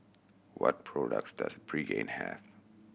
what products does Pregain have